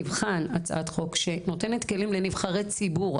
נבחן הצעת חוק שנותנת כלים לנבחרי ציבור.